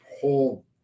whole